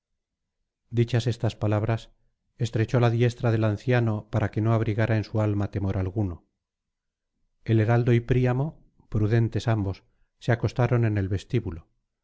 dichas estas palabras estrechó la diestra del anciano para que no abrigara en su alma temor alguno el heraldo y príamo prudentes ambos se acostaron en el vestíbulo